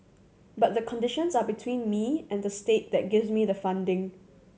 but the conditions are between me and the state that gives me the funding